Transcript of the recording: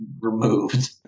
removed